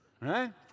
right